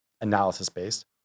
analysis-based